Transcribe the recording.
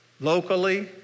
locally